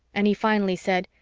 and he finally said,